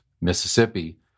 Mississippi